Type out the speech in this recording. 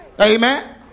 Amen